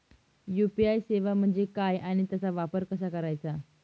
UPI सेवा म्हणजे काय आणि त्याचा वापर कसा करायचा?